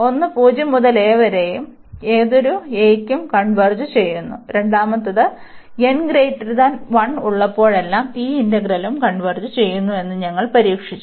ഒന്ന് 0 മുതൽ a വരെ ഏതൊരു aക്കും കൺവെർജ് ചെയ്യുന്നു രണ്ടാമത്തേത് n≥1 ഉള്ളപ്പോഴെല്ലാം ഈ ഇന്റഗ്രലും കൺവെർജ് ചെയ്യുന്നു എന്ന് ഞങ്ങൾ പരീക്ഷിച്ചു